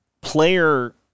player